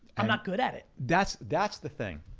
i'm not good at it. that's that's the thing.